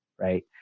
right